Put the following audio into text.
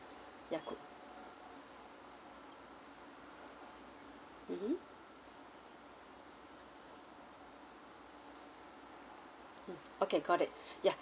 ya good mmhmm mm okay got it ya